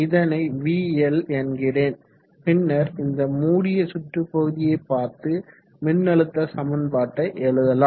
இதனை vL என்கிறேன் பின்னர் இந்த மூடிய சுற்றுபகுதியை பார்த்து மின்னழுத்த சமன்பாட்டை எழுதலாம்